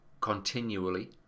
continually